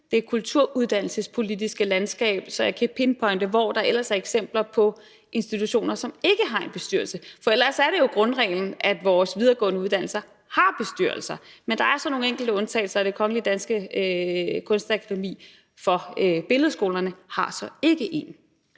det kulturuddannelsespolitiske landskab, så jeg kan pinpointe, hvor der ellers er eksempler på institutioner, som ikke har en bestyrelse. For ellers er det jo grundreglen, at vores videregående uddannelser har bestyrelser. Men der er så nogle enkelte undtagelser, og Det Kongelige Danske Kunstakademis Billedkunstskoler har så ikke en.